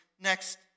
next